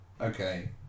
Okay